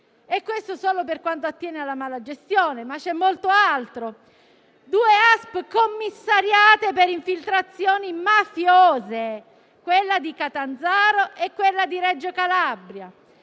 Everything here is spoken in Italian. E questo solo per quanto attiene alla mala gestione. Ma c'è molto altro: due ASP commissariate per infiltrazioni mafiose, quella di Catanzaro e quella di Reggio Calabria,